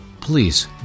Please